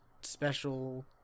special